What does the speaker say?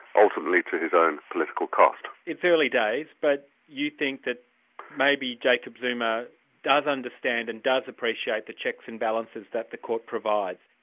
ultimately to his own political cost. it's early days, but you think that maybe jacob zuma does understand and does appreciate the checks and balances that the court provides?